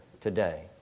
today